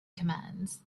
commands